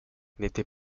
n’était